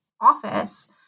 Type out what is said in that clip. office